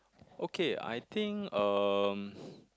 okay I think um